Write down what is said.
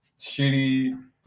shitty